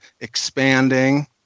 expanding